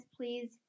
please